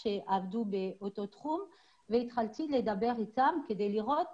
לסטטיסטיקה שעבדו באותו תחום ודיברתי אתם כדי לראות